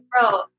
bro